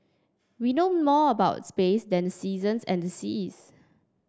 we know more about space than the seasons and the seas